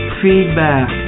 feedback